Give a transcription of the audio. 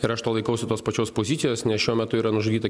ir aš tuo laikausi tos pačios pozicijos nes šiuo metu yra nužudyta